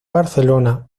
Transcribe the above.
barcelona